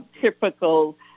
typical